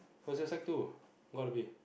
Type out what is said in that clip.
was your sec two gotta be